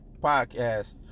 podcast